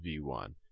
v1